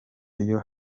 iyo